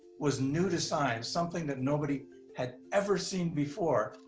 was new to science. something that nobody had ever seen before.